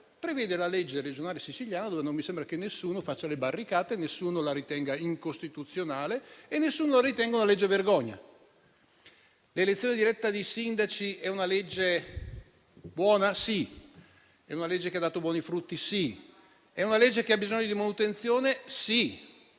prevede la legge regionale siciliana, dove non mi sembra che nessuno faccia le barricate, che nessuno la ritenga incostituzionale e che nessuno la ritenga una legge vergogna. Quella per l'elezione diretta dei sindaci è una legge buona? Sì. È una legge che ha dato buoni frutti? Sì. È una legge che ha bisogno di manutenzione? Sì,